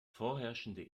vorherrschende